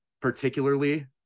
particularly